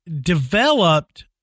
developed